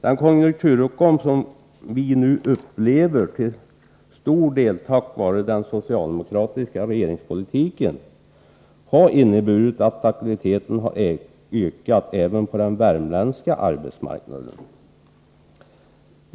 Den konjunkturuppgång som vi nu upplever, till stor del tack vare den socialdemokratiska regeringspolitiken, har inneburit att aktiviteten har ökat även på den värmländska arbetsmarknaden.